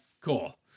cool